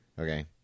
Okay